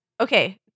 Okay